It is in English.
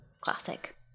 Classic